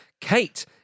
Kate